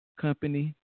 company